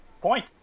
point